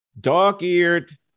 dog-eared